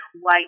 white